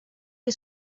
que